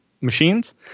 machines